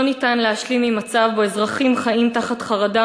לא ניתן להשלים עם מצב שבו אזרחים חיים תחת חרדה